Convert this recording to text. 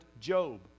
Job